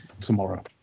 tomorrow